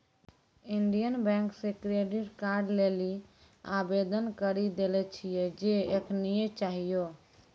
Indian bank से credit card लेली आवेदन करी देले छिए जे एखनीये चाहियो